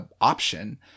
option